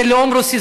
זה לאום רוסי,